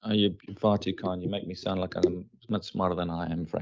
ah you're far too kind. you make me sound like i'm not smarter than i am, frank.